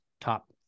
top